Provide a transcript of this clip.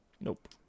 Nope